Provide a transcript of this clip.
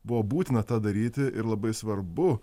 buvo būtina tą daryti ir labai svarbu